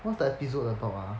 what's the episode the top ah